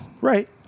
Right